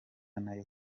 nayo